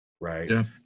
right